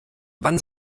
wann